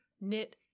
knit